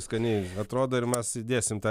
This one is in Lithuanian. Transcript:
skaniai atrodo ir mes įdėsim tą